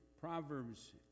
Proverbs